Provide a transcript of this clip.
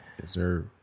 deserve